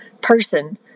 person